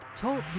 Talk